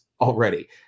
already